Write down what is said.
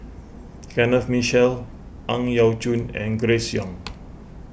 Kenneth Mitchell Ang Yau Choon and Grace Young